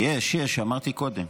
יש, יש, אמרתי קודם.